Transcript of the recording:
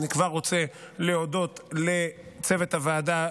אני כבר רוצה להודות לצוות הוועדה,